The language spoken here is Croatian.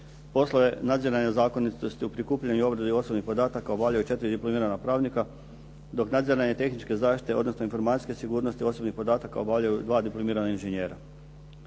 Poslove nadziranja zakonitosti u prikupljanju i obradi osobnih podataka obavljaju 4 diplomirana pravnika, dok …/Govornik se ne razumije./… tehničke zaštite, odnosno informacijske sigurnosti osobnih podataka obavljaju dva diplomirana inženjera.